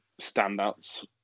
standouts